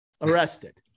arrested